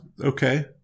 okay